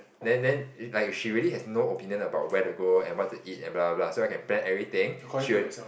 then then like she really has no opinion about where to go and where to eat blah blah blah so I can plan everything she will